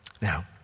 Now